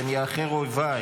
פן יאמר אֹיְבִי